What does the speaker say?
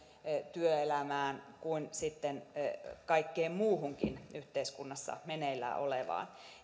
työelämään kuin sitten kaikkeen muuhunkin yhteiskunnassa meneillään olevaan